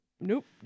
Nope